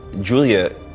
Julia